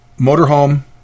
motorhome